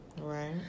Right